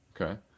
Okay